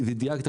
ודייקת,